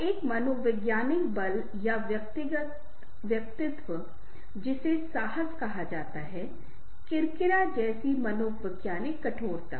तो एक मनोवैज्ञानिक बल या व्यक्तित्व जिसे साहस कहा जाता है किरकिरा जैसी मनोवैज्ञानिक कठोरता